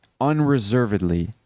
unreservedly